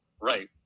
right